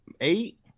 eight